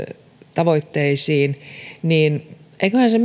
tavoitteisiin niin eiköhän se